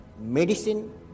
medicine